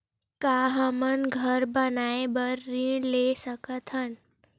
का हमन घर बनाए बार ऋण ले सकत हन?